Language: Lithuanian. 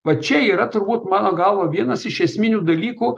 va čia yra turbūt mano galva vienas iš esminių dalykų